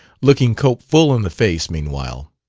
looking cope full in the face, meanwhile.